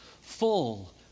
full